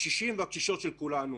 הקשישים והקשישות של כולנו.